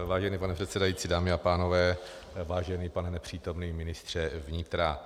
Vážený pane předsedající, dámy a pánové, vážený pane nepřítomný ministře vnitra.